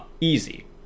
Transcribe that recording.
easy